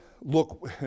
look